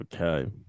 Okay